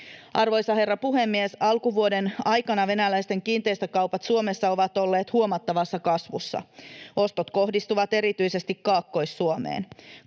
Arvoisa herra puhemies! Alkuvuoden aikana venäläisten kiinteistökaupat Suomessa ovat olleet huomattavassa kasvussa. Ostot kohdistuvat erityisesti Kaakkois-Suomeen.